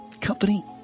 Company